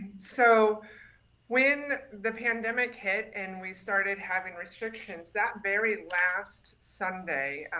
so when the pandemic hit and we started having restrictions that very last sunday,